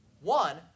one